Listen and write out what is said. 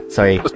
Sorry